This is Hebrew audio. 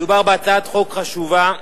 מדובר בהצעת חוק חשובה,